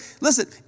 Listen